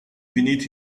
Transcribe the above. beneath